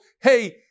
Hey